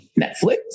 Netflix